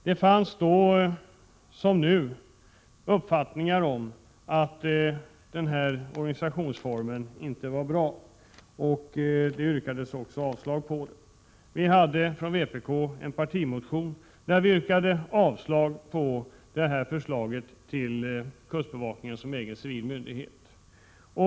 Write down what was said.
Det fanns då som nu uppfattningar om att organisationsformen inte var bra, och det yrkades också avslag på den. Vi hade från vpk en partimotion, där vi yrkade avslag på förslaget att göra kustbevakningen till en egen civil myndighet.